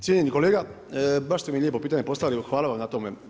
Cijenjeni kolega, baš ste mi lijepo pitanje postavili, hvala vam na tome.